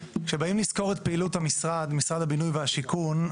כשבאים לסקור את פעילות משרד הביני והשיכון,